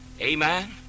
Amen